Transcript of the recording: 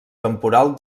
temporal